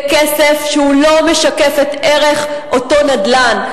בכסף שהוא לא משקף את ערך אותו נדל"ן.